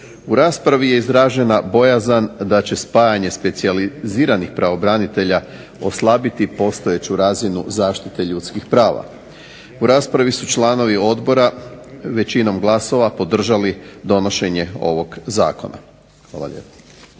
U raspravi je izražena bojazan da će spajanje specijaliziranih branitelja oslabiti postojeću razinu zaštite ljudskih prava. U raspravi su članovi Odbora većinom glasova podržali donošenje ovog zakona. Hvala lijepo.